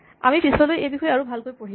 আমি পিচলৈ এই বিষয়ে আৰু ভালকৈ পঢ়িম